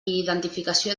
identificació